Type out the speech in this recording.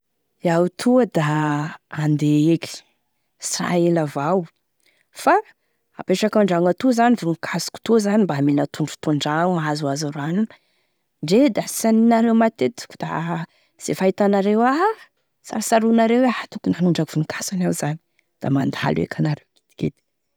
Iaho toa da handeha eky, sy raha ela avao fa apetrako andragno atoa zany voninkazoko toa zany mba mila tondratondraha ahazoazo rano, ndre da sy haninareo matetiky da izay fahitanareo aha sarosaroanareo hoe tokony hanondraky voninkazo any iaho zany, da mandalo eky anareo.